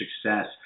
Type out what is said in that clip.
success